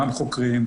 גם חוקרים,